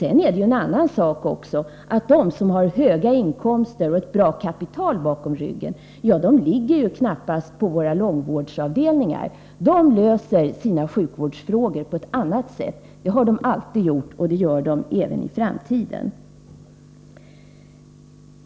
En annan sak är vidare att de som har höga inkomster och ett bra kapital bakom ryggen knappast ligger på våra långvårdsavdelningar. De löser sina sjukvårdsfrågor på ett annat sätt — det har de alltid gjort och det gör de säkert även i framtiden.